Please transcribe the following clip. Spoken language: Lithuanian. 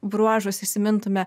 bruožus įsimintume